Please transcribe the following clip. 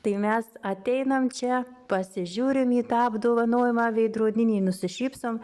tai mes ateinam čia pasižiūrim į tą apdovanojimą veidrodinį nusišypsom